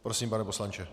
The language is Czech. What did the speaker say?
Prosím, pane poslanče.